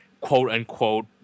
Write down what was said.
quote-unquote